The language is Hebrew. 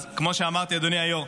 אז כמו שאמרתי, אדוני היו"ר,